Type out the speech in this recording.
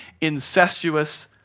incestuous